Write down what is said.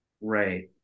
right